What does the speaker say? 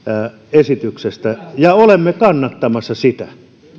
esityksestä ja olemme kannattamassa sitä